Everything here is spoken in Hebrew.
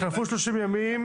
חלפו 30 ימים,